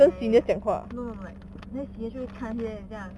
ya ya ya no no like yes 也会看就很像